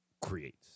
creates